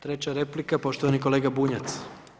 Treća replika, poštovani kolega Bunjac.